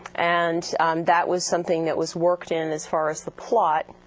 and that was something that was worked in as far as the plot.